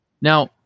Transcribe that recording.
Now